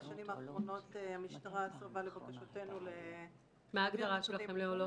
בשנים האחרונות המשטרה סירבה לבקשותינו -- מה ההגדרה שלכם לעולות?